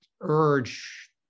urge